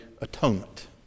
atonement